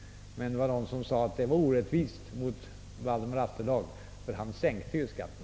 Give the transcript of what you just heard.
Men någon sade att det var orättvist mot Valdemar Atterdag, ty han sänkte ju skatten.